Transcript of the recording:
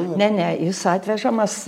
ne ne jis atvežamas